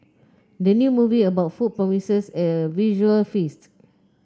the new movie about food promises a visual feast